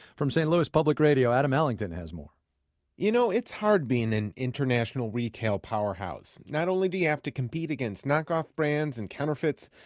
from st. louis public radio, adam allington has more you know, it's hard being an international retail powerhouse. not only do you have to compete against knock-off brands and counterfeits,